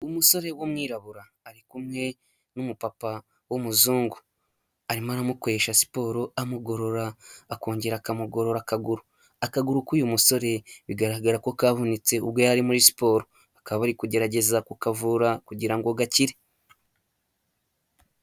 Umusore w'umwirabura, ari kumwe n'umupapa w'umuzungu, arimo aramukoresha siporo amugorora, akongera akamugorora akaguru, akaguru k'uyu musore bigaragara ko kavunitse ubwo yari ari muri siporo, bakaba bari kugerageza kukavura kugira ngo gakire.